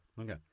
okay